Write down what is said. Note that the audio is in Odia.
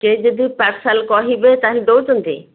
କିଏ ଯଦି ପାର୍ସଲ୍ କହିବେ ତା'ହେଲେ ଦଉଛନ୍ତି